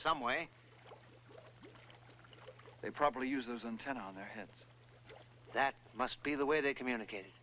some way they probably uses and turn on their heads that must be the way they communicate